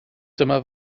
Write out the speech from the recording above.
dyma